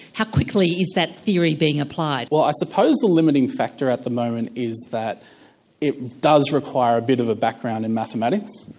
how quickly is that theory being applied? well, i suppose the limiting factor at the moment is that it does require a bit of a background in mathematics.